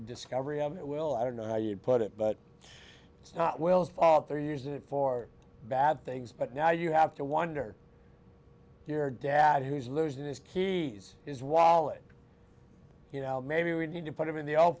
discovery of it we'll i don't know how you put it but it's not will's fault there use it for bad things but now you have to wonder if your dad who's losing his keys is wallet you know maybe we need to put him in the old